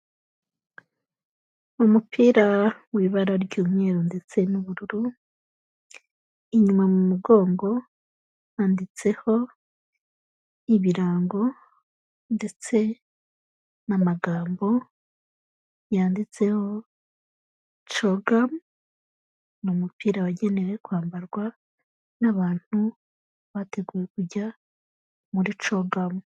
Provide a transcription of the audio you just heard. Umupira w'ibara ry'umweru ndetse n'ubururu, inyuma mu mugongo handitseho ibirango, ndetse n'amagambo yanditseho CHOGM, ni numupira wagenewe kwambarwa n'abantu bateguwe kujya muri CHOGM.